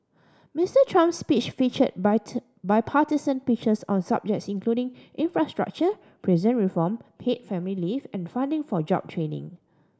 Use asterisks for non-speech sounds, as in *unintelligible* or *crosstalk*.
Mister Trump's speech featured *unintelligible* bipartisan pitches on subjects including infrastructure prison reform paid family leave and funding for job training